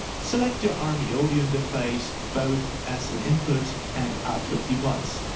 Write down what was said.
select your um rme yeah audio interface both as an input and output device.